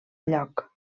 lloc